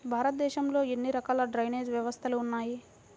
భారతదేశంలో ఎన్ని రకాల డ్రైనేజ్ వ్యవస్థలు ఉన్నాయి?